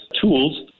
tools